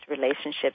relationships